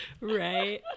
Right